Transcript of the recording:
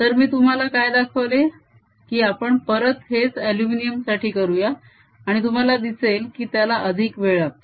तर मी इथे तुम्हाला काय दाखवले की आपण परत हेच अल्युमिनिअम साठी करूया आणि तुम्हाला दिसेल की त्याला अधिक वेळ लागतो